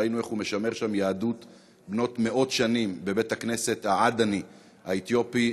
וראינו איך הוא משמר שם יהדות בת מאות שנים בבית-הכנסת העדני האתיופי.